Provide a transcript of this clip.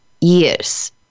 years